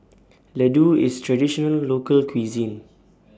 Ladoo IS Traditional Local Cuisine